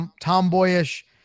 tomboyish